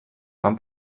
van